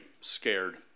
scared